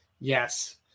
yes